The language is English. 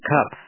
Cup